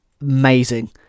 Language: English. amazing